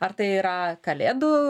ar tai yra kalėdų